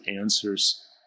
answers